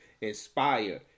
Inspire